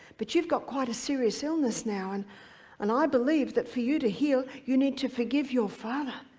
but you've got quite a serious illness now, and and i believe that for you to heal you need to forgive your father.